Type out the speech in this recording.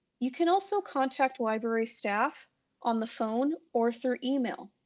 you can also contact library staff on the phone or through email.